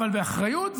אבל באחריות,